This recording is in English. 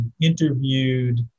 interviewed